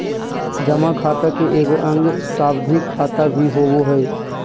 जमा खाता के एगो अंग सावधि खाता भी होबो हइ